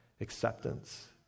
acceptance